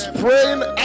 praying